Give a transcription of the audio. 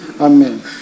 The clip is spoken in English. Amen